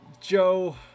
Joe